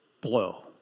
blow